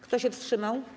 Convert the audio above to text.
Kto się wstrzymał?